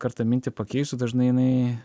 kartą mintį pakeisiu dažnai jinai